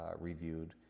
reviewed